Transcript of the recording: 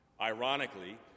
Ironically